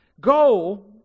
go